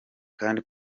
kandi